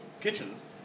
kitchens